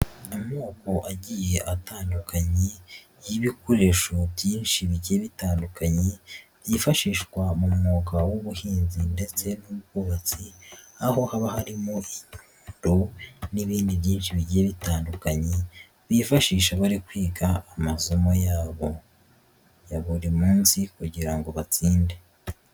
Amoko agiye atandukanye y'ibikoresho byinshi bigiye bitandukanye byifashishwa mu mwuga w'ubuhinzi ndetse n'ubwubatsi, aho haba harimo inyundo n'ibindi byinshi bigiye bitandukanye bifashisha bari kwiga amasomo yabo ya buri munsi kugira ngo batinde.